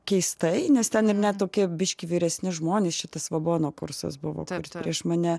keistai nes ten ir ne tokie biškį vyresni žmonės šitas vagono kursas buvo kur prieš mane